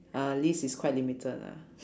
uh list is quite limited lah